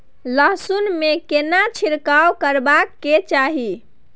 लहसुन में केना छिरकाव करबा के चाही?